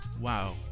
Wow